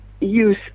use